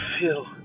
feel